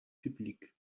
public